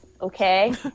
okay